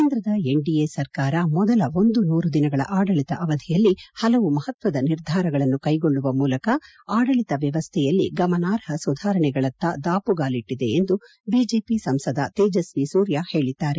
ಕೇಂದ್ರದ ಎನ್ಡಿಎ ಸರ್ಕಾರ ಮೊದಲ ಒಂದು ನೂರು ದಿನಗಳ ಆಡಳಿತ ಅವಧಿಯಲ್ಲಿ ಹಲವು ಮಹತ್ವದ ನಿರ್ಧಾರಗಳನ್ನು ಕೈಗೊಳ್ಳುವ ಮೂಲಕ ಆಡಳಿತ ವ್ಯವಸ್ಥೆಯಲ್ಲಿ ಗಮನಾರ್ಹ ಸುಧಾರಣೆಗಳತ್ತ ದಾಪುಗಾಲಿಟ್ಟಿದೆ ಎಂದು ಬಿಜೆಪಿ ಸಂಸದ ತೇಜಸ್ವಿ ಸೂರ್ಯ ಹೇಳಿದ್ದಾರೆ